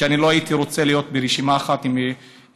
ואני לא הייתי רוצה להיות ברשימה אחת עם התנחלות.